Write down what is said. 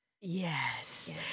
Yes